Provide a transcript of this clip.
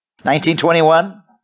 1921